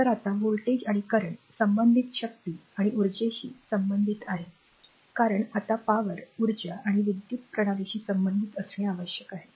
तर आता व्होल्टेज आणि करंट संबंधित शक्ती आणि उर्जाशी संबंधित आहे कारण आता पी किंवा ऊर्जा आणि विद्युत प्रणालीशी संबंधित असणे आवश्यक आहे